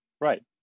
Right